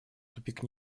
тупик